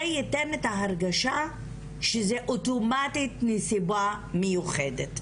זה ייתן את ההרגשה שזאת סיבה מיוחדת באופן אוטומטי,